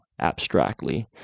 abstractly